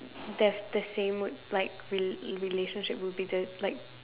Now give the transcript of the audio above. there's the same would like rel~ relationship would be the like